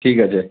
ঠিক আছে